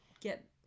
get